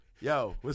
Yo